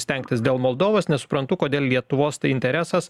stengtis dėl moldovos nesuprantu kodėl lietuvos tai interesas